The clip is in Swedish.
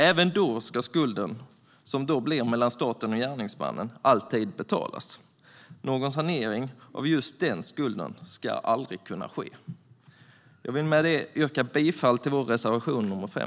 Även då ska skulden, som då blir mellan staten och gärningsmannen, alltid betalas. Någon sanering av just den skulden ska aldrig kunna ske. Jag vill med det yrka bifall till vår reservation 5.